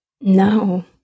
No